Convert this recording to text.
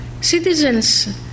citizens